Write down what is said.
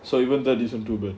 so even though isn't too but